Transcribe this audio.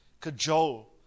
cajole